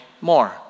more